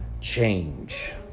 change